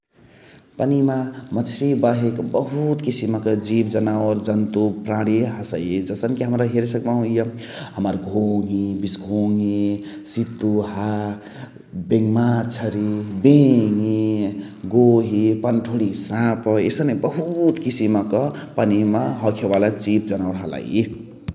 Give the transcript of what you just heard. पनियमा माछारिया बाहेक बहुत किसिमक जिब जनावर जन्तु प्राणी हसै । जसने कि हमरा हेरे सकबाहु इअ हाम्राअ घोङ्हि, बिस्घोङ्हि, सितुह, बेङमाछरि, बेङि, गोही पनढोणिया साप एसने बहुत किसिम क पनिमा हखे वाला जिब जनावर हलइ ।